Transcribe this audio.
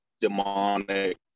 demonic